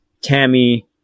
Tammy